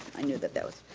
i knew that that was.